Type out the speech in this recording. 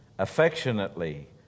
Affectionately